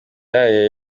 yayo